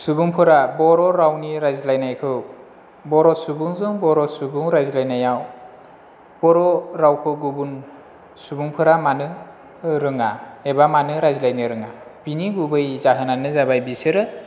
सुबुंफोरा बर' रावनि रायज्लायनायखौ बर' सुबुंजों बर' सुबुं रायज्लायनायाव बर' रावखौ गुबुन सुबंफोरा मानो रोङा एबा मानो रायज्लायनो रोङा बिनि गुबै जाहोनानो जाबाय बिसोरो